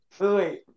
wait